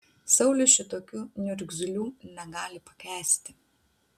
saulius šitokių niurgzlių negali pakęsti